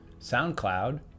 SoundCloud